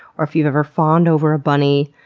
or if you've ever fawned over a bunny,